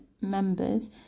members